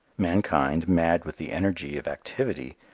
mankind, mad with the energy of activity,